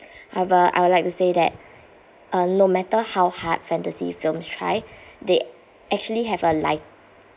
however I would like to say that uh no matter how hard fantasy films try they actually have a light